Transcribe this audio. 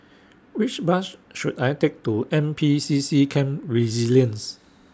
Which Bus should I Take to N P C C Camp Resilience